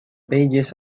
pages